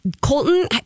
Colton